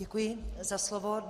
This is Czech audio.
Děkuji za slovo.